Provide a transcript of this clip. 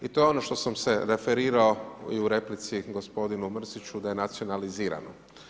I to je ono što sam se referirao i u replici gospodinu Mrsiću da je nacionalizirano.